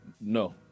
No